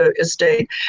estate